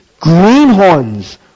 greenhorns